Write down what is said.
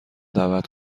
دعوت